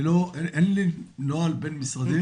אין לי נוהל בין-משרדי.